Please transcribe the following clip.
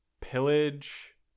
pillage